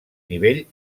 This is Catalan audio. nivell